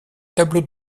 tableau